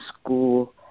school